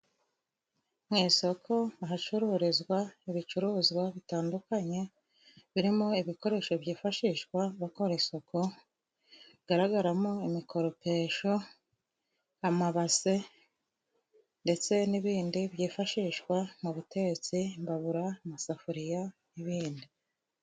Mu isoko ahacururizwa ibicuruzwa bitandukanye, birimo ibikoresho byifashishwa bakora isuku, bigaragaramo imikoropesho, amabase ndetse n'ibindi byifashishwa mu butetsi, imbabura, amasafuriya n'ibindi.